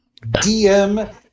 DM